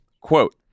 Quote